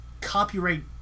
copyright